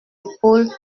épaules